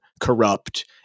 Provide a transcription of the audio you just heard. corrupt